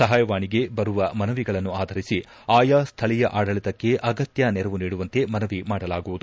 ಸ್ವಾಯವಾಣಿಗೆ ಬರುವ ಮನವಿಗಳನ್ನು ಆಧರಿಸಿ ಆಯಾ ಸ್ವೀಯ ಆಡಳಿತಕ್ಕೆ ಆಗತ್ನ ನೆರವು ನೀಡುವಂತೆ ಮನವಿ ಮಾಡಲಾಗುವುದು